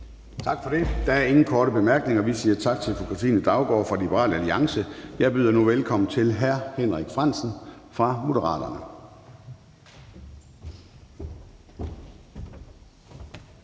Tak for det. Der er ingen korte bemærkninger. Vi siger tak til fru Katrine Daugaard fra Liberal Alliance. Jeg byder nu velkommen til hr. Henrik Frandsen fra Moderaterne.